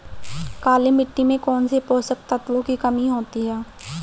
काली मिट्टी में कौनसे पोषक तत्वों की कमी होती है?